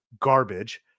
garbage